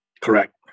Correct